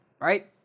right